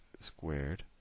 squared